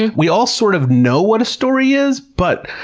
and we all sort of know what a story is, but